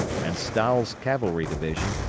and stahel's cavalry division,